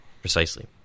precisely